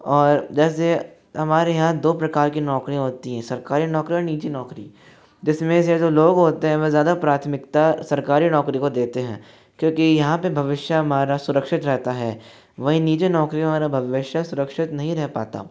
और जैसे हमारे यहाँ दो प्रकार की नौकरियाँ होती है सरकारी नौकरी और निजी नौकरी जिसमें से जो लोग होते हैं वो ज़्यादा प्राथमिकता सरकारी नौकरी को देते हैं क्योंकि यहाँ पर भविष्य हमारा सुरक्षित रहता है वही निजी नौकरियों में हमारा भविष्य सुरक्षित नहीं रह पाता